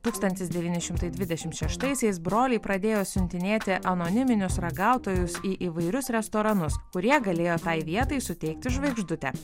tūkstantis devyni šimtai dvidešimt šeštaisiais broliai pradėjo siuntinėti anoniminius ragautojus į įvairius restoranus kurie galėjo tai vietai suteikti žvaigždutę